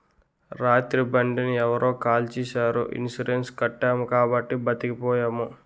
రాత్రి బండిని ఎవరో కాల్చీసారు ఇన్సూరెన్సు కట్టాము కాబట్టి బతికిపోయాము